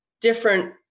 different